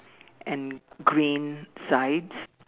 and green sides